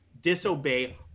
Disobey